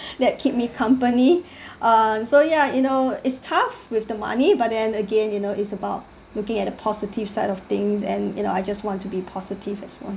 that keep me company um so ya you know it's tough with the money but then again you know it's about looking at the positive side of things and you know I just want to be positive as well